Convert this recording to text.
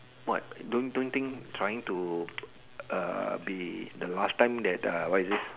what don't don't think trying to be the last time that what is this